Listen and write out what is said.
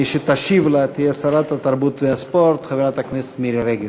מי שתשיב לה תהיה שרת התרבות והספורט חברת הכנסת מירי רגב.